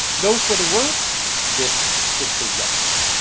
those were the words, this is the recipe.